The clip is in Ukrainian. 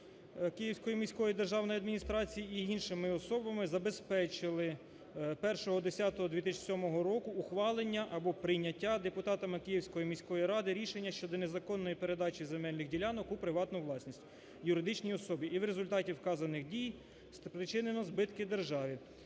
Київської міської державної адміністрації і іншими особами забезпечили 01.10.2007 року ухвалення або прийняття депутатами Київської міської ради рішення щодо незаконної передачі земельних ділянок у приватну власність юридичній особі і в результаті вказаних дій спричинено збитки державі.